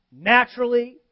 naturally